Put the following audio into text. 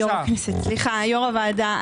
כן, שם ותפקיד.